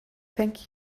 thank